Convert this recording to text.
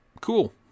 cool